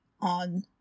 On